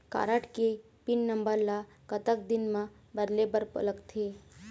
Card के PIN number ला कतक दिन म बदले बर लगथे?